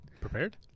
Prepared